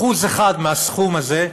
1% מהסכום הזה,